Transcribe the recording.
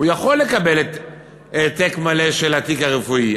הוא יכול לקבל העתק מלא של התיק הרפואי,